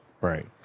Right